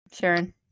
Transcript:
Sharon